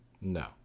No